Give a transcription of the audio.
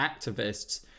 activists